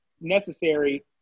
necessary